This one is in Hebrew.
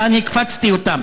לאן הקפצתי אותם.